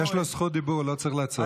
יש לו זכות דיבור, הוא לא צריך לעצור.